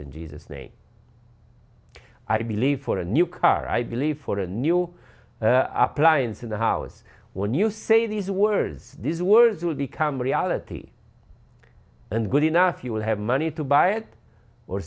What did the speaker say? in jesus name i believe for a new car i believe for a new appliance in the house when you say these words these words will become reality and good enough you will have money to buy it or